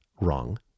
wrong